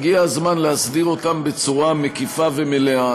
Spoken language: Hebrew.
הגיע הזמן להסדיר אותם בצורה מקיפה ומלאה.